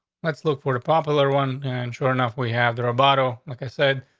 let's look for the popular one, and sure enough we have the roboto. like i said,